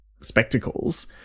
spectacles